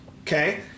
Okay